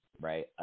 right